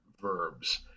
verbs